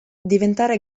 diventare